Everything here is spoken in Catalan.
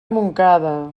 montcada